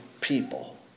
people